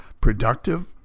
productive